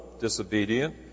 disobedient